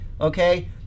okay